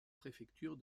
préfecture